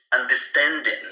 understanding